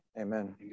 amen